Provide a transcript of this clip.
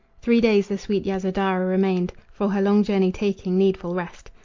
three days the sweet yasodhara remained, for her long journey taking needful rest.